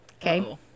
Okay